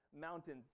Mountains